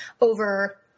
over